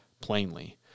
plainly